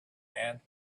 hand